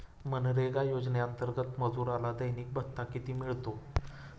मनरेगा योजनेअंतर्गत मजुराला दैनिक भत्ता किती मिळतो?